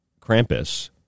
Krampus